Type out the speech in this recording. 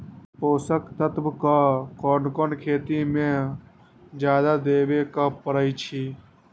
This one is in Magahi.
पोषक तत्व क कौन कौन खेती म जादा देवे क परईछी?